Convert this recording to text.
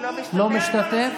משתתף